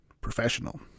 professional